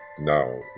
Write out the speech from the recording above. Now